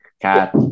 Cat